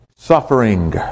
Suffering